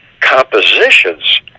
compositions